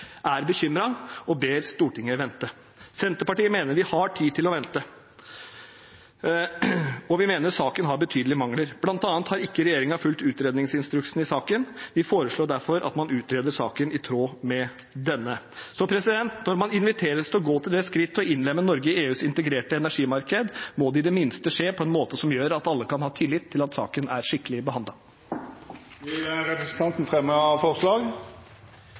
er bekymret og ber Stortinget vente. Senterpartiet mener vi har tid til å vente. Vi mener saken har betydelige mangler. Blant annet har ikke regjeringen fulgt utredningsinstruksen i saken. Vi foreslår derfor at man utreder saken i tråd med denne. Når man inviteres til å gå til det skritt å innlemme Norge i EUs integrerte energimarked, må det i det minste skje på en måte som gjør at alle kan ha tillit til at saken er skikkelig behandlet. Jeg tar opp de forslag